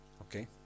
okay